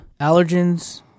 allergens